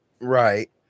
Right